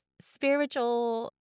spiritual